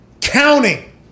counting